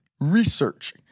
Research